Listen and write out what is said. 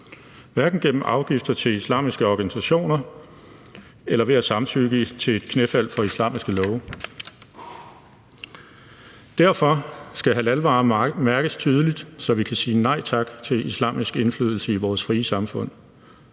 hverken gennem afgifter til islamiske organisationer eller ved at samtykke med et knæfald for islamiske love. Derfor skal halalvarer mærkes tydeligt, så vi kan sige nej tak til islamisk indflydelse i vores frie samfund.